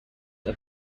are